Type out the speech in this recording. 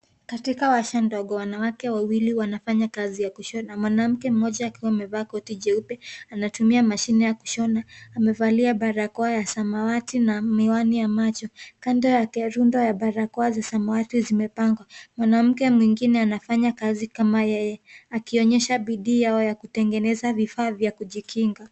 Katika warsha ndogo wanawake wawili wanafanya kazi ya kushona, mwanamke mmoja akiwa amevaa koti jeupe, anatumia mashine ya kushona, amevalia barakoa ya samawati na miwani ya macho. Kando yake rundo ya barakoa za samawati zimepangwa. Mwanamke mwingine anafanya kazi kama yeye akionyesha bidii yao ya kutengeneza vifaa vya kujikinga.